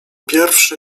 pierwszy